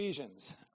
Ephesians